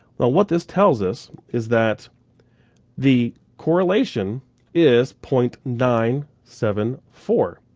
what this tells us is that the correlation is point nine seven four.